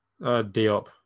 Diop